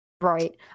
Right